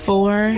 Four